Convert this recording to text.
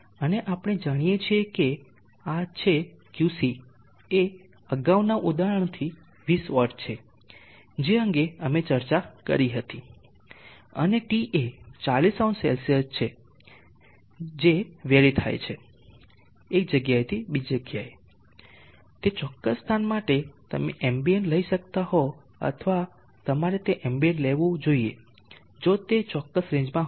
અને આપણે જાણીએ છીએ કે આ છે QC એ અગાઉના ઉદાહરણથી 20 વોટ છે જે અંગે અમે ચર્ચા કરી હતી અને Ta 400C છે અલબત્ત તે વેરી થાય છે એક જગ્યા એથી બીજી જગ્યાએ તે ચોક્કસ સ્થાન માટે તમે એમ્બિયન્ટ લઈ શકતા હો અથવા તમારે તે એમ્બિયન્ટ લેવું જોઈએ જો તે ચોક્કસ રેંજ માં હોય